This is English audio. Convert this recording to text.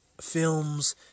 films